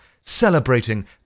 celebrating